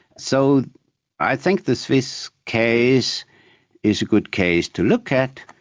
so i think the swiss case is a good case to look at,